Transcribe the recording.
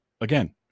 again